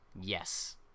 yes